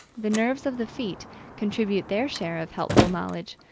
the nerves of the feet contribute their share of helpful knowledge,